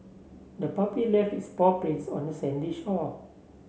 the puppy left its paw prints on the sandy shore